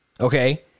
Okay